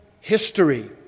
history